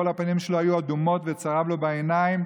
כל הפנים שלו היו אדומות וצרב לו בעיניים.